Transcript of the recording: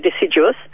deciduous